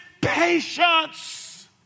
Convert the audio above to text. patience